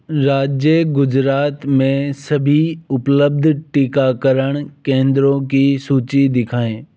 राज्य गुजरात में सभी उपलब्ध टीकाकरण केंद्रों की सूची दिखाएँ